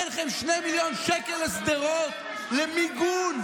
אין לכם 2 מיליון שקל לשדרות, למיגון?